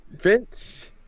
Vince